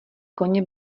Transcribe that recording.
koně